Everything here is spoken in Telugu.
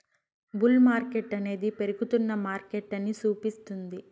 బుల్ మార్కెట్టనేది పెరుగుతున్న మార్కెటని సూపిస్తుంది